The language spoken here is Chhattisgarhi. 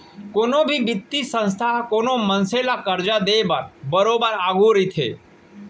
कोनो भी बित्तीय संस्था ह कोनो मनसे ल करजा देय बर बरोबर आघू रहिथे